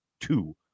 two